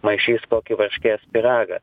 maišys kokį varškės pyragą